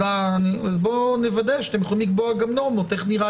אז בואו נוודא שאתם יכולים לקבוע גם נורמות איך נראה